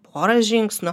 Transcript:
pora žingsnių